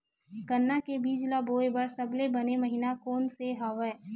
गन्ना के बीज ल बोय बर सबले बने महिना कोन से हवय?